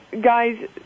guys